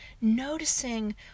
noticing